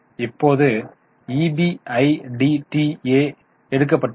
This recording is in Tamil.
இப்போது EBIDTA எடுக்கப்பட்டுள்ளது